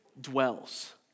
dwells